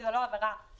כי זה לא עבירה חדשה,